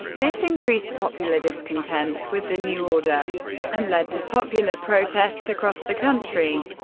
this increased popular discontent with the new order and led to popular protest across the country.